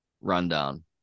rundown